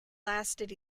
lasted